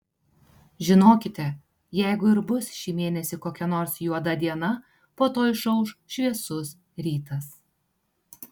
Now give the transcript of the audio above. žinokite jeigu ir bus šį mėnesį kokia nors juoda diena po to išauš šviesus rytas